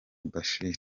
bashir